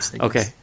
Okay